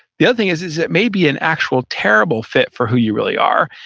the other thing is is it may be an actual terrible fit for who you really are.